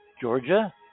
Georgia